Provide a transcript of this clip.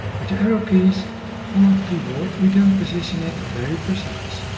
with the arrow keys on our keyboard we can position it very precise.